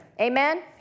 Amen